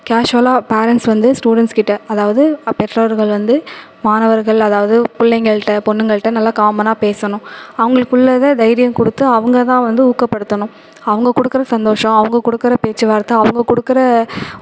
கேஷுவலாக பேரண்ட்ஸ் வந்து ஸ்டூடெண்ட்ஸ்க்கிட்ட அதாவது அப்போ பெற்றோர்கள் வந்து மாணவர்கள் அதாவது ஒரு பிள்ளைங்கள்ட்ட பொண்ணுங்கள்ட்ட நல்லா காமன்னாக பேசணும் அவங்களுக்கு உள்ளத தைரியம் கொடுத்து அவங்க தான் வந்து ஊக்கப்படுத்தணும் அவங்க கொடுக்குற சந்தோஷம் அவங்க கொடுக்குற பேச்சி வார்த்தை அவங்க கொடுக்குற